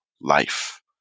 life